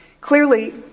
Clearly